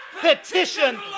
Petition